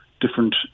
different